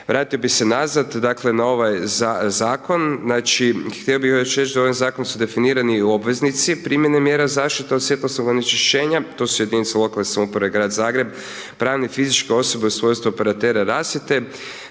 vratio bih se nazad dakle na ovaj zakon. Znači, htio bih još reći da ovim zakonom su definirani obveznici primjene mjera zaštite od svjetlosnog onečišćenja. To su jedinice lokalne samouprave i grad Zagreb, pravne i fizičke osobe u svojstvu operatera rasvjete.